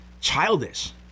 childish